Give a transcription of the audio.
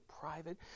private